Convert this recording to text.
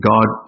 God